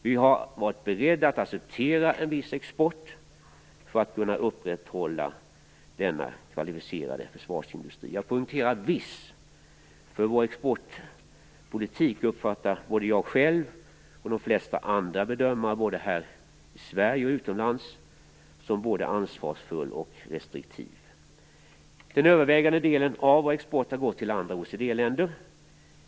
Vi har varit beredda att acceptera en viss export för att kunna upprätthålla denna kvalificerade försvarsindustri. Jag poängterar "viss", därför att vår exportpolitik uppfattas både av mig själv och av de flesta andra bedömare i Sverige och utomlands som både ansvarsfull och restriktiv. Den övervägande delen av vår export har gått till andra OECD-länder.